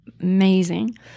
amazing